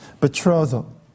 betrothal